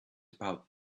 about